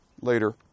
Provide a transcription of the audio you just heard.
later